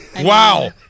Wow